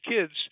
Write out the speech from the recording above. kids